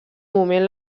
moment